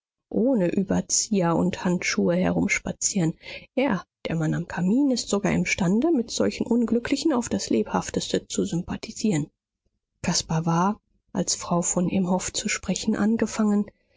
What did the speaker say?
ohne überzieher und handschuhe herumspazieren er der mann am kamin ist sogar imstande mit solchen unglücklichen auf das lebhafteste zu sympathisieren caspar war als frau von imhoff zu sprechen angefangen